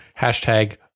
hashtag